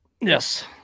Yes